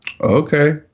Okay